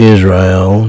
Israel